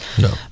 No